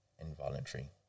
involuntary